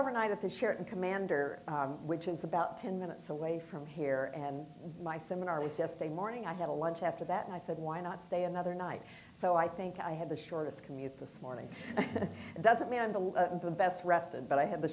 overnight at the sheraton commander which is about ten minutes away from here and my seminar was just a morning i had a lunch after that and i said why not stay another night so i think i had the shortest commute this morning that doesn't mean i'm the best rested but i have